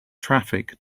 traffic